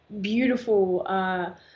beautiful